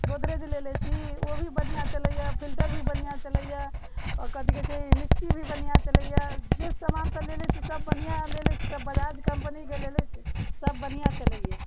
गोदरेज लेले छी ओभी बढ़िआ चलैया फिल्टर भी बढ़िआँ चलैया ओ कथि कहै छै मिक्सी भी चलैया जे समान सभ लेले छी सभ बढ़िआँ लेले छी सभ बजाज कम्पनी के लेले छी सभ बढ़िआँ चलैया